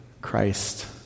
Christ